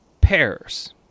pears